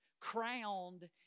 Crowned